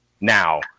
now